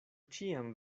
ĉiam